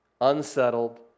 Unsettled